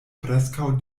preskaŭ